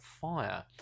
Fire